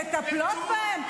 הן מטפלות בהם.